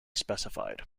specified